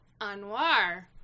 anwar